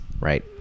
right